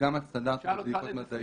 וגם על סטנדרטים ובדיקות מדעיות.